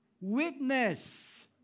witness